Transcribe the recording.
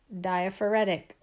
diaphoretic